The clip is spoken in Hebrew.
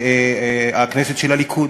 הכנסת של הליכוד.